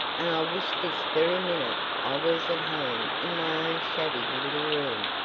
and i wish this very minute i was at home in my own shabby little room,